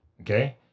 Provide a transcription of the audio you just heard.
okay